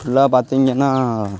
ஃபுல்லாக பார்த்திங்கன்னா